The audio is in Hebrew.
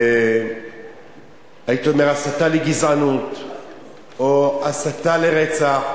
הייתי אומר הסתה לגזענות או הסתה לרצח,